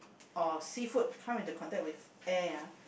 or seafood come into contact with air ah